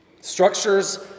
Structures